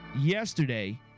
yesterday